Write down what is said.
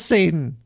Satan